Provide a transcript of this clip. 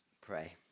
pray